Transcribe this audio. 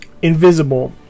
Invisible